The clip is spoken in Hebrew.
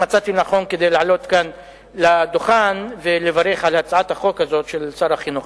מצאתי לנכון לעלות כאן לדוכן ולברך על הצעת החוק הזו של שר החינוך.